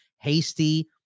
hasty